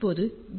இப்போது வி